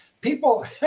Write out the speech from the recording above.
People